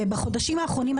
בחודשים האחרונים,